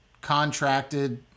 contracted